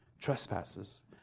trespasses